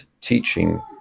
teaching